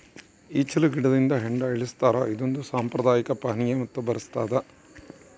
ಈಚಲು ಗಿಡದಿಂದ ಹೆಂಡ ಇಳಿಸ್ತಾರ ಇದೊಂದು ಸಾಂಪ್ರದಾಯಿಕ ಪಾನೀಯ ಮತ್ತು ಬರಸ್ತಾದ